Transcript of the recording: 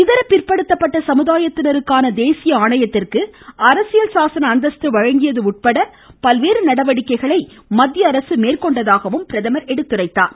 இதர பிற்படுத்தப்பட்ட சமுதாயத்தினருக்கான தேசிய ஆணையத்திற்கு அரசியல் சாசன அந்தஸ்து வழங்கியது உட்பட பல்வேறு நடவடிக்கைகள் மத்திய அரசு மேற்கொண்டதாகவும் பிரதமர் எடுத்துரைத்தார்